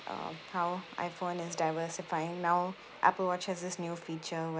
um how iphone is diversifying now apple watch has this new feature where